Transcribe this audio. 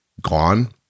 gone